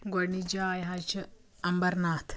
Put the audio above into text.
گۄڈنِچ جاے حظ چھِ اَمبرناتھ